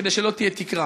כדי שלא תהיה תקרה.